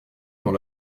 dans